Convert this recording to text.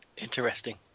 Interesting